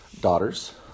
daughters